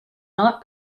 not